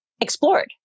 explored